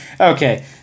Okay